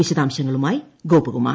വിശദാംശങ്ങളുമായി ഗോപകുമാർ